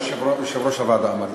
יושב-ראש הוועדה אמר לי.